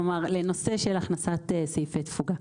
כלומר, לנושא של הכנסת סעיפי תפוגה.